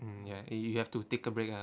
mm ya y~ you have to take a break ah